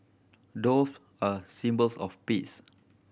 doves are symbols of peace